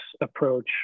approach